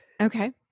Okay